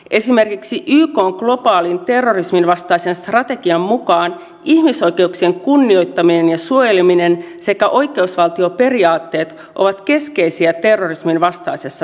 esimerkiksi ykn globaalin terrorisminvastaisen strategian mukaan ihmisoikeuksien kunnioittaminen ja suojeleminen sekä oikeusvaltioperiaatteet ovat keskeisiä terrorisminvastaisissa toimissa